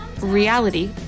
Reality